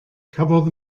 cafodd